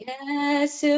Yes